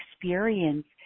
experience